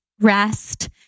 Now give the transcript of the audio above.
rest